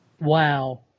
Wow